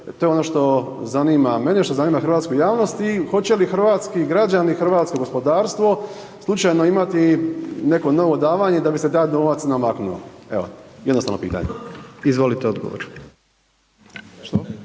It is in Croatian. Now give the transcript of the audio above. To je ono što zanima mene, što zanima hrvatsku javnost i hoće li hrvatski građani i hrvatsko gospodarstvo slučajno imati neko novo davanje da bi se taj novac namaknuo? Evo, jednostavno pitanje. **Jandroković,